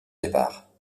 départ